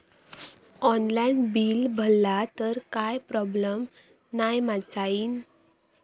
Online bill भरला तर काय प्रोब्लेम नाय मा जाईनत?